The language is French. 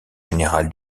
général